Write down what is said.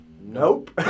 nope